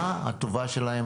מה הטובה שלהם